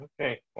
okay